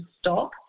stop